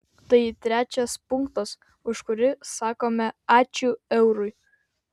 tai trečias punktas už kurį sakome ačiū eurui